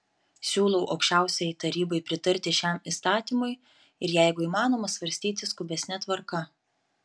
siūlau aukščiausiajai tarybai pritarti šiam įstatymui ir jeigu įmanoma svarstyti skubesne tvarka